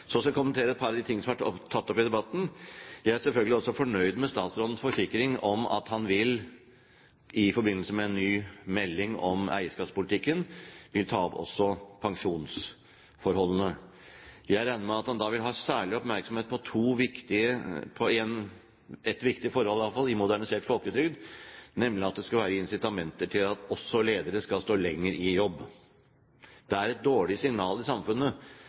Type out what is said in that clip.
Så skal jeg kommentere et par ting som har vært tatt opp i debatten. Jeg er selvfølgelig også fornøyd med statsrådens forsikring om at han i forbindelse med en ny melding om eierskapspolitikken også vil ta opp pensjonsforholdene. Jeg regner med at han da vil ha særlig oppmerksomhet på iallfall ett viktig forhold i modernisert folketrygd, nemlig at det skal være incitament til at også ledere skal stå lenger i jobb. Det er et dårlig signal i samfunnet